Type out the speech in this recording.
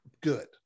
good